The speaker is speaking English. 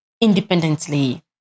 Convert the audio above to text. independently